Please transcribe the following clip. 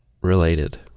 related